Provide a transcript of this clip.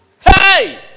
Hey